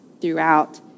throughout